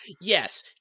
Yes